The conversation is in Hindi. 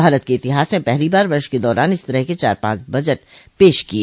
भारत के इतिहास में पहली बार वर्ष के दौरान इस तरह के चार पांच बजट पेश किए